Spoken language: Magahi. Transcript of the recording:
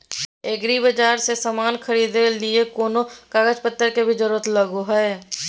एग्रीबाजार से समान खरीदे के लिए कोनो कागज पतर के भी जरूरत लगो है?